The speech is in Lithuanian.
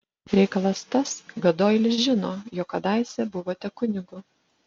reikalas tas kad doilis žino jog kadaise buvote kunigu